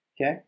okay